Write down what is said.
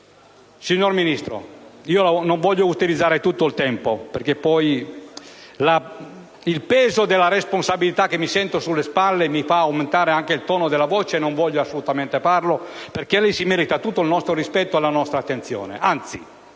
Signora Ministro, non voglio utilizzare tutto il tempo a mia disposizione. Il peso della responsabilità che sento sulle mie spalle mi induce ad aumentare il tono della voce, ma non voglio assolutamente farlo perché lei merita tutto il nostro rispetto e la nostra attenzione;